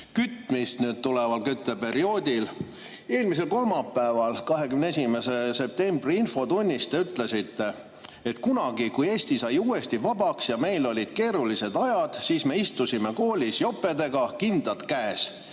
kütmist tuleval kütteperioodil. Eelmisel kolmapäeval, 21. septembri infotunnis te ütlesite, et kunagi, kui Eesti sai uuesti vabaks ja meil olid keerulised ajad, siis me istusime koolis jopedega, kindad käes,